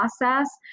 process